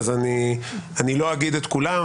אז אני לא אגיד את כולם,